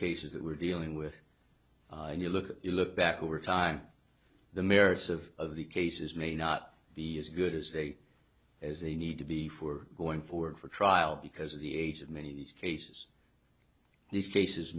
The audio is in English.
cases that we're dealing with and you look at you look back over time the merits of the cases may not be as good as they as they need to be for going forward for trial because the age of many of these cases these cases